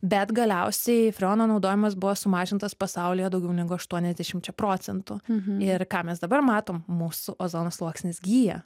bet galiausiai freono naudojimas buvo sumažintas pasaulyje daugiau negu aštuoniasdešimčia procentų ir ką mes dabar matom mūsų ozono sluoksnis gyja